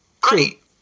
Great